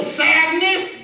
sadness